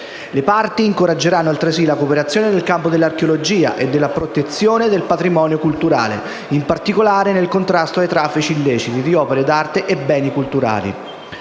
Le parti incoraggeranno altresì la cooperazione nel campo dell'archeologia e della protezione del patrimonio culturale, in particolare nel contrasto ai traffici illeciti di opere d'arte e beni culturali.